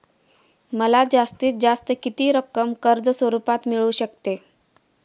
मला जास्तीत जास्त किती रक्कम कर्ज स्वरूपात मिळू शकते?